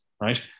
right